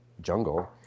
jungle